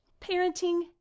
parenting